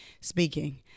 speaking